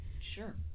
Sure